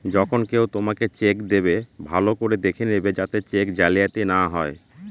যখন কেউ তোমাকে চেক দেবে, ভালো করে দেখে নেবে যাতে চেক জালিয়াতি না হয়